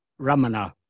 Ramana